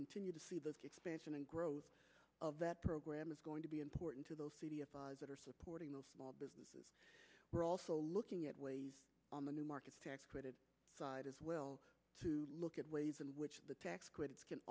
continue to see the expansion and growth of that program is going to be important to those that are supporting the small businesses we're also looking at ways on the new markets tax credit side as well to look at ways in which the tax credits can